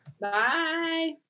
Bye